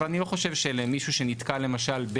אבל אני לא חושב שמישהו שנתקל למשל,